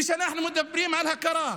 וכשאנחנו מדברים על הכרה,